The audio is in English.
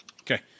Okay